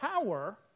power